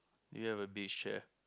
do you have a beach chair